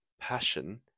passion